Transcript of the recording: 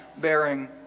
bearing